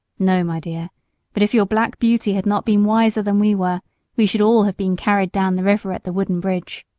no, my dear but if your black beauty had not been wiser than we were we should all have been carried down the river at the wooden bridge.